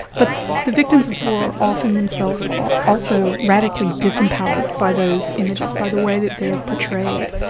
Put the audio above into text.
but the victims of war often themselves are also radically disempowered by those images, by the way that they are portrayed,